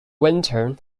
winter